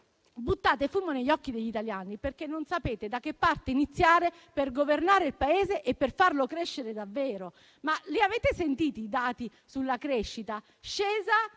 buttate fumo negli occhi degli italiani. Non sapete da che parte iniziare per governare il Paese e per farlo crescere davvero. Ma li avete sentiti i dati sulla crescita? Scesa